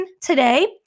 today